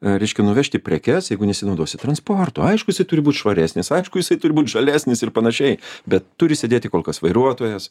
reiškia nuvežti prekes jeigu nesinaudosi transportu aišku jisai turi būt švaresnis aišku jisai turi būt žalesnis ir panašiai bet turi sėdėti kol kas vairuotojas